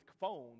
phones